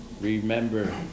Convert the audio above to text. Remember